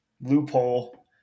loophole